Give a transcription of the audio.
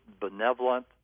benevolent